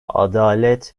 adalet